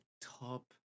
top